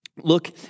look